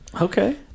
Okay